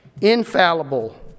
infallible